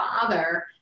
father